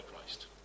Christ